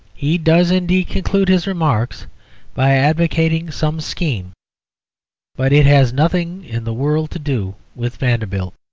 he does, indeed, conclude his remarks by advocating some scheme but it has nothing in the world to do with vanderbilt.